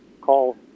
call